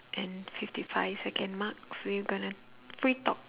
and fifty five second marks we gonna free talk